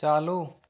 चालू